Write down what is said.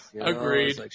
Agreed